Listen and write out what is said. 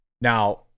Now